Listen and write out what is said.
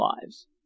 lives